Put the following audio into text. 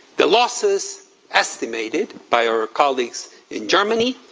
the losses estimated by our colleagues in germany